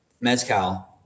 mezcal